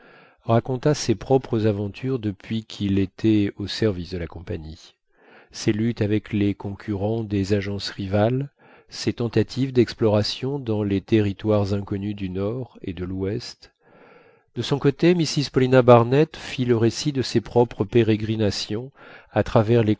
raconta ses propres aventures depuis qu'il était au service de la compagnie ses luttes avec les concurrents des agences rivales ses tentatives d'exploration dans les territoires inconnus du nord et de l'ouest de son côté mrs paulina barnett fit le récit de ses propres pérégrinations à travers les